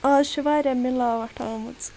آز چھِ واریاہ مِلاوَٹھ آمٕژ